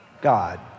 God